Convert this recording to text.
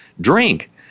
drink